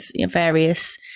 various